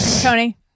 Tony